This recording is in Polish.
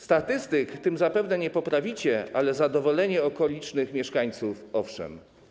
Statystyk tym zapewne nie poprawicie, ale zadowolenie okolicznych mieszkańców - owszem.